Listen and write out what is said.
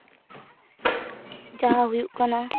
ᱡᱟᱦᱟᱸ ᱦᱩᱭᱩᱜ ᱠᱟᱱᱟ